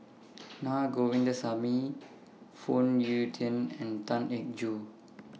Naa Govindasamy Phoon Yew Tien and Tan Eng Joo